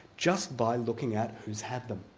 just by looking at who's had them.